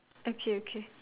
okay okay